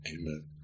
amen